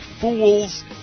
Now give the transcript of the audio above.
fool's